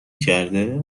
کرده